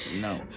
No